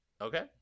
Okay